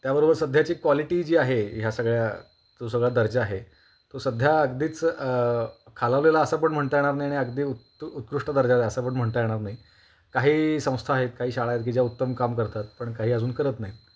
त्याबरोबर सध्याची क्वालिटी जी आहे ह्या सगळ्या जो सगळा दर्जा आहे तो सध्या अगदीच खालावलेला असं पण म्हणता येणार नाही आणि अगदी उत् उत्कृष्ट दर्जाचा आहे असं पण म्हणता येणार नाही काही संस्था आहेत काही शाळा आहेत की ज्या उत्तम काम करतात पण काही अजून करत नाहीत